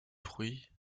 fruits